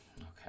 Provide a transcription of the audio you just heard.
Okay